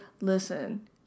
listen